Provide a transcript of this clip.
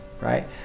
right